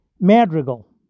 Madrigal